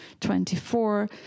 24